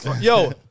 Yo